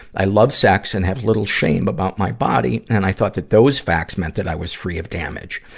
i love sex and have little shame about my body, and i thought that those facts meant that i was free of damage.